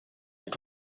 but